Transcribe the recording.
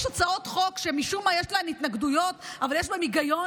הצעות חוק שמשום מה יש להן התנגדויות אבל יש בהן היגיון,